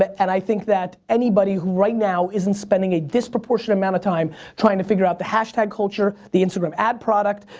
and i think that anybody who right now isn't spending a disproportionate amount of time trying to figure out the hashtag culture, the instagram ad product,